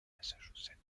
massachusetts